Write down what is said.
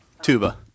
Tuba